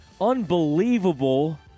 unbelievable